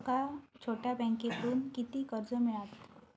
माका छोट्या बँकेतून किती कर्ज मिळात?